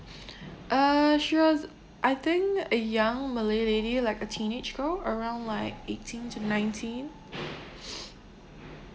uh she was I think a young malay lady like a teenage girl around like eighteen to nineteen